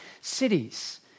cities